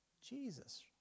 Jesus